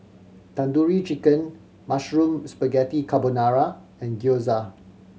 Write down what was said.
Tandoori Chicken Mushroom Spaghetti Carbonara and Gyoza